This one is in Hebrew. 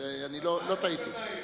לא טעיתי.